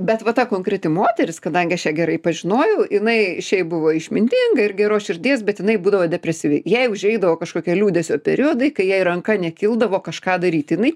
bet va ta konkreti moteris kadangi aš ją gerai pažinojau jinai šiaip buvo išmintinga ir geros širdies bet jinai būdavo depresyvi jai užeidavo kažkokie liūdesio periodai kai jai ranka nekildavo kažką daryti jinai